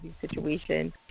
situation